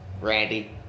randy